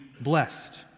blessed